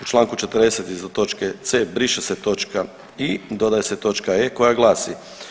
U Članku 40. iza točke c) briše se točka i) i dodaje se točka e) koja glasi.